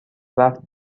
رفت